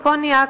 עם קוניאק,